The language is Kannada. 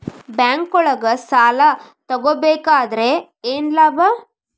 ಬ್ಯಾಂಕ್ನೊಳಗ್ ಸಾಲ ತಗೊಬೇಕಾದ್ರೆ ಏನ್ ಲಾಭ?